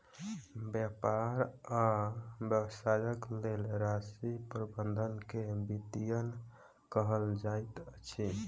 व्यापार आ व्यवसायक लेल राशि प्रबंधन के वित्तीयन कहल जाइत अछि